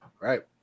Right